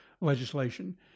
legislation